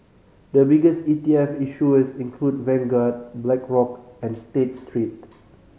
the biggest E T F issuers include Vanguard Blackrock and State Street